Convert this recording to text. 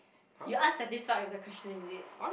you unsatisfied with the question is it